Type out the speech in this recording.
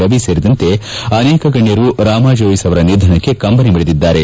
ರವಿ ಸೇರಿದಂತೆ ಅನೇಕ ಗಣ್ಣರು ರಾಮಾ ಜೋಯಿಸ್ ಅವರ ನಿಧನಕ್ಕೆ ಕಂಬನಿ ಮಿಡಿದಿದ್ದಾರೆ